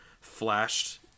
flashed